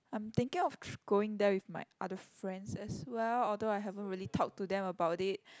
I'm thinking of tr~ going there with my other friends as well although I haven't really talk to them about it